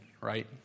right